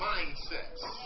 Mindsets